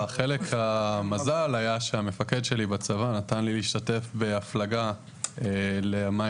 החלק של המזל היה שהמפקד שלי בצבא נתן לי להשתתף בהפלגה למים